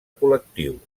col·lectiu